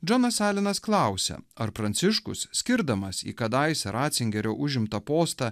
džonas alenas klausia ar pranciškus skirdamas į kadaise ratzingerio užimtą postą